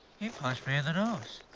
he punched me in the nose.